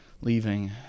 leaving